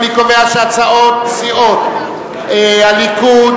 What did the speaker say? אני קובע שהצעת סיעות הליכוד,